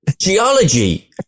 Geology